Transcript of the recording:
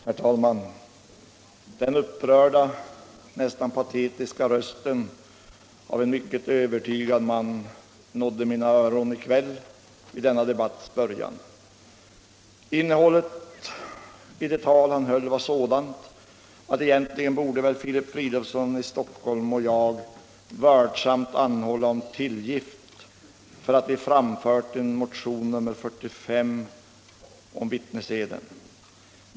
Herr talman! Den upprörda, nästan patetiska rösten av en mycket övertygad man nådde mina öron i kväll vid denna debatts början. Innehållet i det tal han höll var sådant att egentligen borde väl Filip Fridolfsson i Stockholm och jag vördsamt anhålla om tillgift för att vi framfört motionen 45 om vittneseden.